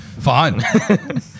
Fine